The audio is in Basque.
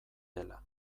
dela